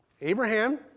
Abraham